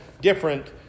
different